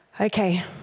Okay